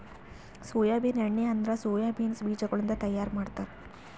soybean ಎಣ್ಣಿ ಅಂದುರ್ soya beans ಬೀಜಗೊಳಿಂದ್ ತೈಯಾರ್ ಮಾಡ್ತಾರ